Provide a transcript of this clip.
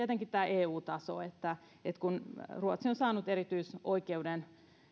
eu taso kun ruotsi on saanut erityisoikeuden